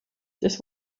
this